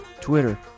twitter